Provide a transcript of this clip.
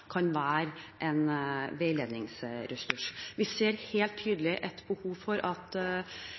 kan være en veiledningsressurs. Vi ser helt tydelig et behov for